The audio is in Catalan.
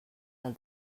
del